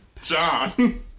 John